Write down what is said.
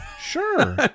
Sure